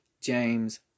James